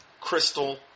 crystal